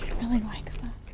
really likes that.